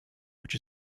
which